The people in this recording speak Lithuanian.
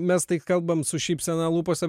mes tai kalbam su šypsena lūpose